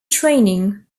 training